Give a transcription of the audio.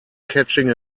catching